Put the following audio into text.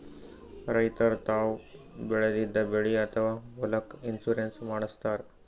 ರೈತರ್ ತಾವ್ ಬೆಳೆದಿದ್ದ ಬೆಳಿ ಅಥವಾ ಹೊಲಕ್ಕ್ ಇನ್ಶೂರೆನ್ಸ್ ಮಾಡಸ್ತಾರ್